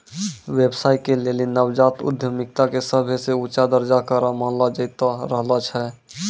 व्यवसाय के लेली नवजात उद्यमिता के सभे से ऊंचा दरजा करो मानलो जैतो रहलो छै